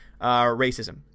racism